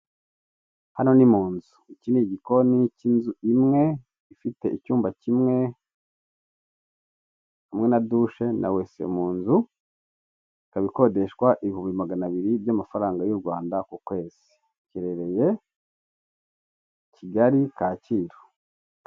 Hano ni mu nzu, iki ni igikoni cy'inzu imwe, ifite icyumba kimwe hamwe na dushe na wese mu nzu, ikaba ikodeshwa ibihumbi magana abiri by'amafaranga y'u Rwanda ku kwezi, giherereye Kigali Kacyiru.